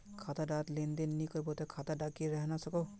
खाता डात लेन देन नि करबो ते खाता दा की रहना सकोहो?